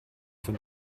von